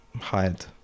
hide